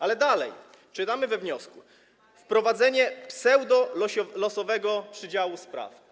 Ale dalej, czytamy we wniosku: Wprowadzenie pseudolosowego przydziału spraw.